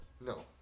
No